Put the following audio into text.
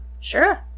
sure